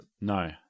No